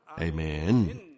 Amen